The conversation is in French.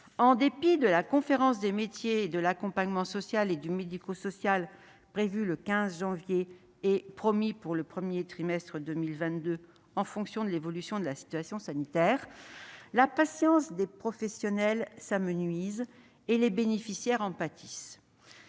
en dépit de la conférence des métiers de l'accompagnement social et du médico-social, initialement prévue pour le 15 janvier prochain et finalement reportée au premier trimestre 2022 en fonction de l'évolution de la situation sanitaire, la patience des professionnels s'amenuise et les bénéficiaires en pâtissent.